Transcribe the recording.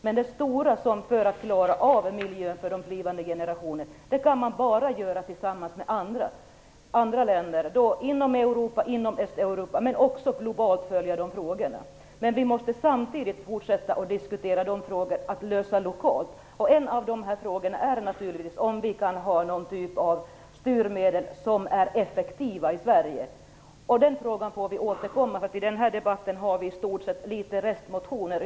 Men lösa de stora miljöproblemen för kommande generationer kan man bara göra tillsammans med andra länder, inom Europa och inom Östeuropa, men också genom att följa de frågorna globalt. Men vi måste samtidigt fortsätta att diskutera hur vi skall lösa de lokala frågorna. En av de frågorna är naturligtvis om vi i Sverige kan ha någon typ av styrmedel som är effektiv. Den frågan får vi återkomma till. I den här debatten diskuterar vi i stort sett en del restmotioner.